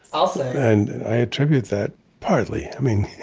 i'll say, and i attribute that partly, i mean,